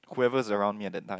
who's around me at that time